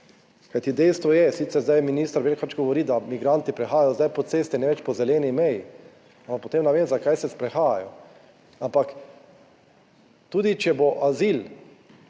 Kajti dejstvo je, sicer zdaj minister / nerazumljivo/ govori, da migranti prihajajo zdaj po cesti, ne več po zeleni meji, ampak potem ne vem, zakaj se sprehajajo. Ampak, tudi, če bo azil